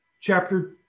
chapter